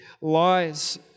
lies